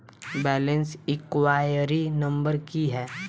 Balance enquiry number की है?